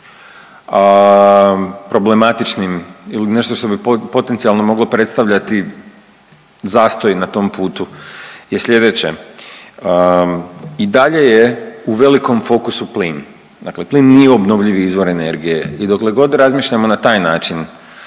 problematičnim ili nešto što bi potencijalno moglo predstavljati zastoj na tom putu je sljedeće. I dalje je u velikom fokusu plin. Dakle, plin nije obnovljivi izvor energije i dokle god razmišljamo na taj način